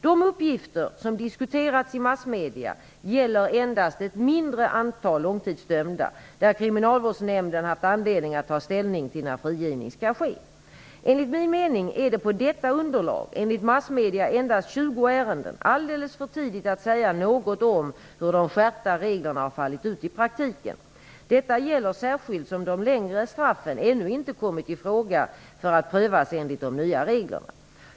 De uppgifter som diskuterats i massmedia gäller endast ett mindre antal långtidsdömda, där Kriminalvårdsnämnden haft anledning att ta ställning till när frigivning skall ske. Enligt min mening är det på detta underlag -- enligt massmedia endast 20 ärenden -- alldeles för tidigt att säga något om hur de skärpta reglerna har fallit ut i praktiken. Detta gäller särskilt som de längre straffen ännu inte kommit i fråga för att prövas enligt de nya reglerna.